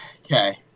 Okay